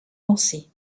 lancer